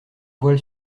voile